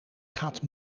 gaat